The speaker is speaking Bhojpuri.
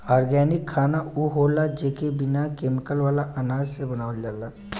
ऑर्गेनिक खाना उ होला जेके बिना केमिकल वाला अनाज से बनावल जाला